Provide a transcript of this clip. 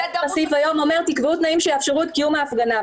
הסעיף היום אומר: תקבעו תנאים שיאפשרו את קיום ההפגנה.